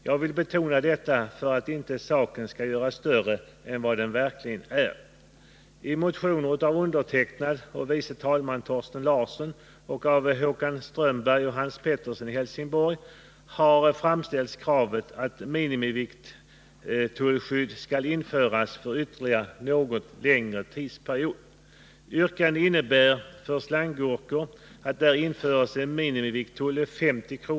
Jag vill betona detta för att inte saken skall göras större än vad den verkligen är. I motioner av mig och andre vice talmannen Thorsten Larsson samt av Håkan Strömberg och Hans Pettersson i Helsingborg har framställts kravet att minimivikttullskydd skall införas för ytterligare någon tidsperiod. Yrkandena innebär för slanggurkor att det införs en minimivikttull, på 50 kr.